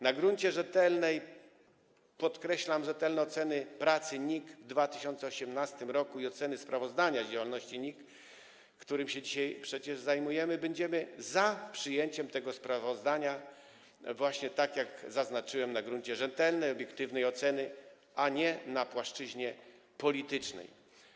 Na gruncie rzetelnej, podkreślam, rzetelnej oceny pracy NIK w 2018 r. i oceny sprawozdania z działalności NIK, którym się przecież dzisiaj zajmujemy, będziemy za przyjęciem tego sprawozdania, właśnie tak jak zaznaczyłem, na gruncie rzetelnej, obiektywnej oceny, a nie na płaszczyźnie politycznej.